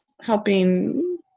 helping